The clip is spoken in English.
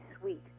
sweet